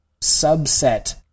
subset